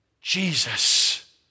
Jesus